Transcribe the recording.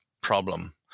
problem